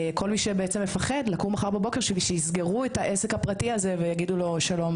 כל מי שמפחד שמחר בבוקר יסגרו את העסק הפרטי הזה ויגידו לו: ׳שלום,